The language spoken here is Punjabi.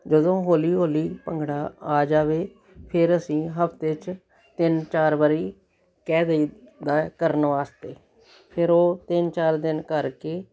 ਜਦੋਂ ਹੌਲੀ ਹੌਲੀ ਭੰਗੜਾ ਆ ਜਾਵੇ ਫਿਰ ਅਸੀਂ ਹਫਤੇ 'ਚ ਤਿੰਨ ਚਾਰ ਵਾਰੀ ਕਹਿ ਦਈਦਾ ਕਰਨ ਵਾਸਤੇ ਫਿਰ ਉਹ ਤਿੰਨ ਚਾਰ ਦਿਨ ਕਰਕੇ